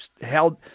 held